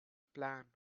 plan